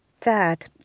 dad